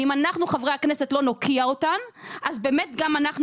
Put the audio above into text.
אם אנחנו חברי הכנסת לא נוקיע אותן, אז